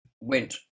went